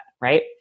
right